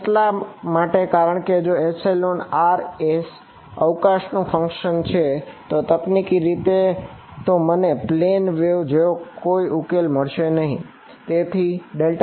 એટલા માટે કારણ કે જો r એ અવકાશ નું ફંક્શન જેવો કોઈ ઉકેલ મળે નહિ